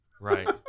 Right